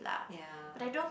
ya